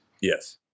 Yes